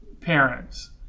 parents